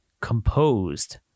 composed